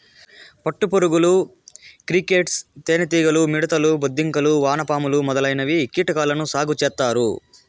పట్టు పురుగులు, క్రికేట్స్, తేనె టీగలు, మిడుతలు, బొద్దింకలు, వానపాములు మొదలైన కీటకాలను సాగు చేత్తారు